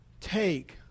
take